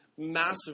Massive